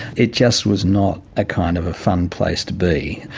it just was not a kind of a fun place to be.